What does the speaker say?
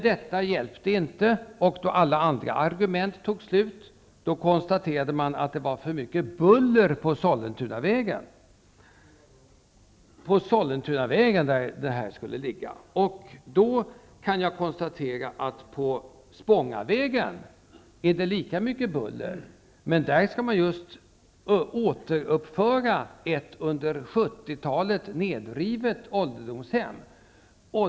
Detta hjälpte inte, och då alla andra argument tog slut konstaterade man att det var för mycket buller på Sollentunavägen, där hemmet skulle ligga. Då kan jag konstatera att det på Spångavägen är lika mycket buller, men där skall man just återuppföra ett under 70-talet nedrivet ålderdomshem.